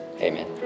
amen